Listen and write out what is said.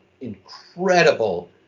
incredible